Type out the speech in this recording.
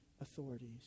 authorities